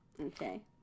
Okay